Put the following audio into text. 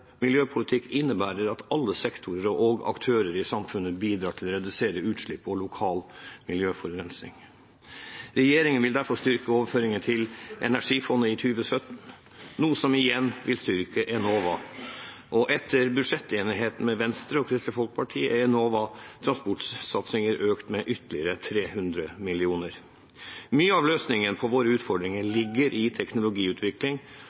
miljøpolitikk innebærer at alle sektorer og aktører i samfunnet bidrar til å redusere utslipp og lokal miljøforurensing. Regjeringen vil derfor styrke overføringen til Energifondet i 2017, noe som igjen vil styrke Enova. Etter budsjettenigheten med Venstre og Kristelig Folkeparti øker Enovas transportsatsinger med ytterligere 300 mill. kr. Mye av løsningen på våre utfordringer